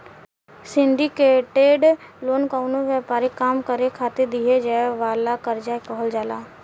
syndicated loan कवनो व्यापारिक काम करे खातिर दीहल जाए वाला कर्जा के कहल जाला